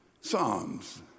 Psalms